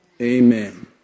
amen